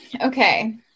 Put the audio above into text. Okay